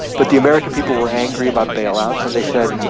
but the american people were angry about bailouts, and they said,